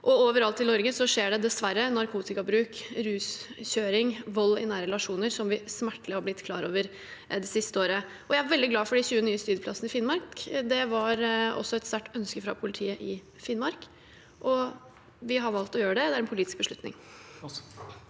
Overalt i Norge skjer det dessverre narkotikabruk, ruskjøring og vold i nære relasjoner, noe vi har blitt smertelig klar over det siste året. Jeg er veldig glad for de 20 nye studieplassene i Finnmark. Det var også et sterkt ønske fra politiet i Finnmark, og vi har valgt å gjøre det. Det er en politisk beslutning.